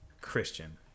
Christian